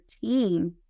team